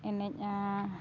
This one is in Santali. ᱮᱱᱮᱡᱼᱟ